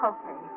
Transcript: Okay